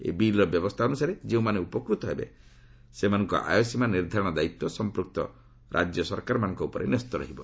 ଏହି ବିଲ୍ର ବ୍ୟବସ୍ଥା ଅନୁସାରେ ଯେଉଁମାନେ ଉପକୃତ ହେବେ ସେମାନଙ୍କ ଆୟ ସୀମା ନିର୍ଦ୍ଧାରଣ ଦାୟିତ୍ୱ ସମ୍ପୂକ୍ତ ରାଜ୍ୟ ସରକାରଙ୍କ ଉପରେ ନ୍ୟସ୍ତ ରହିବ